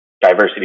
diversity